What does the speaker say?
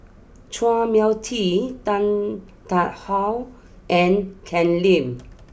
Chua Mia Tee Tan Tarn how and Ken Lim